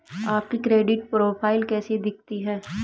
आपकी credit profile कैसी दिखती है?